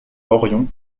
orion